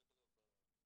דרך אגב,